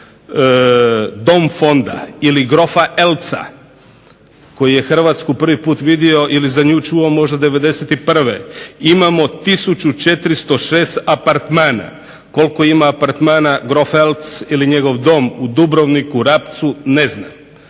se ne razumije./… koji je Hrvatsku prvi put vidio ili za nju čuo možda '91. imamo 1 406 apartmana. Koliko ima apartmana Grof … ili njegov dom u Dubrovniku, Rapcu ne znam.